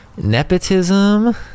nepotism